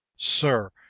sir,